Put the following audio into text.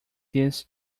this